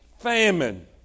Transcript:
Famine